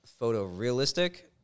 photorealistic